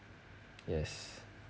yes